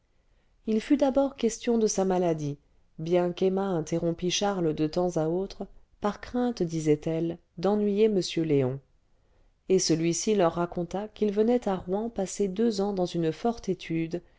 il fut d'abord question de sa maladie bien qu'emma interrompît charles de temps à autre par crainte disait-elle d'ennuyer m léon et celui-ci leur raconta qu'il venait à rouen passer deux ans dans une forte étude